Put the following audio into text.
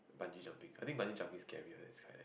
Bungee jumping I think Bungee jumping is scarier than skydive